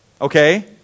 okay